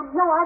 no